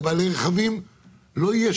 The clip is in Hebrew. אם במכרזים חברה לא מחויבת